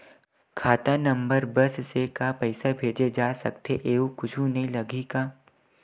खाता नंबर बस से का पईसा भेजे जा सकथे एयू कुछ नई लगही का?